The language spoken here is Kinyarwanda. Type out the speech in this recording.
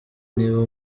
niba